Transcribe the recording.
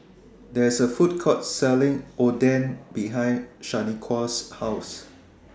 There's A Food Court Selling Oden behind Shaniqua's House